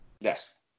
Yes